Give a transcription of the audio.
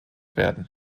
werden